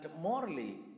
morally